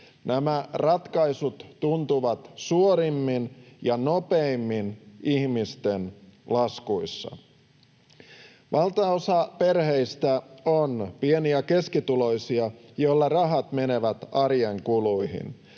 Nämä ratkaisut tuntuvat suorimmin ja nopeimmin ihmisten laskuissa. Valtaosa perheistä on pieni‑ ja keskituloisia, joilla rahat menevät arjen kuluihin.